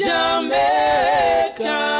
Jamaica